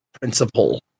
Principle